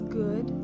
good